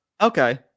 Okay